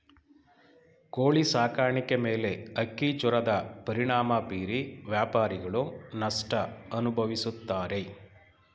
ಕೋಳಿ ಸಾಕಾಣಿಕೆ ಮೇಲೆ ಹಕ್ಕಿಜ್ವರದ ಪರಿಣಾಮ ಬೀರಿ ವ್ಯಾಪಾರಿಗಳು ನಷ್ಟ ಅನುಭವಿಸುತ್ತಾರೆ